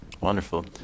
Wonderful